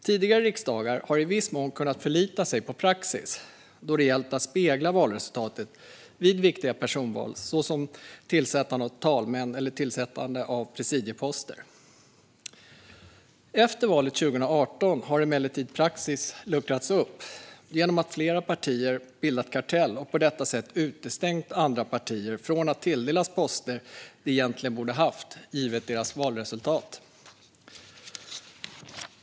Tidigare riksdagar har i viss mån kunnat förlita sig på praxis då det har gällt att spegla valresultatet vid viktiga personval såsom tillsättande av talmän eller tillsättande av presidieposter. Efter valet 2018 har praxis emellertid luckrats upp genom att flera partier har bildat kartell och på detta sätt utestängt andra partier från att tilldelas poster de egentligen borde ha haft givet deras valresultat.